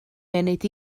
munud